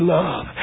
love